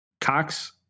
Cox